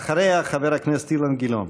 ואחריה, חבר הכנסת אילן גילאון.